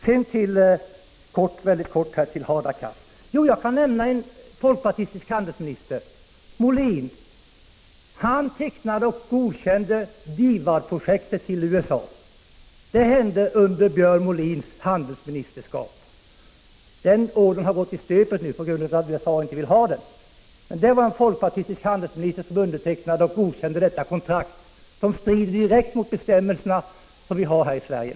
Sedan i korthet till Hadar Cars: Jag kan nämna en folkpartistisk handelsminister, Björn Molin, som tecknade och godkände DIVAD projektet beträffande USA. Den ordern har visserligen gått i stöpet, eftersom USA inte ville ha detta projekt, men det var en folkpartistisk handelsminister som godkände detta kontrakt som direkt strider mot lagen i Sverige.